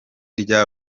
rya